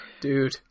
Dude